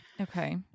Okay